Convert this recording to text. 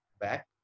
back